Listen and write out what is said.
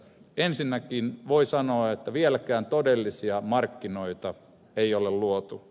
ensinnäkin voi sanoa että vieläkään todellisia markkinoita ei ole luotu